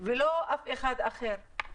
ולא אף אחד אחר.